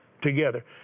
together